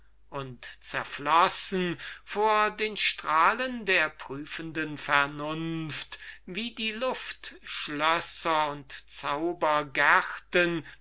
und zerflossen vor den strahlen der prüfenden vernunft wie die luft schlösser und zauber gärten